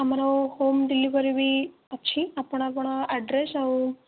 ଆମର home delivery ବି ଅଛି ଆପଣଙ୍କର ଆଡ୍ରେସ୍ ଆଉ